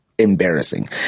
embarrassing